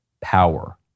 power